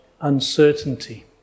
uncertainty